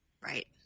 right